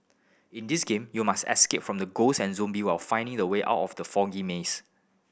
in this game you must escape from the ghost and zombie while finding the way out of the foggy maze